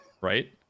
right